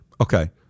Okay